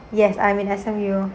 yes I'm in S_M_U